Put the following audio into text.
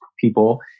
people